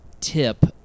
tip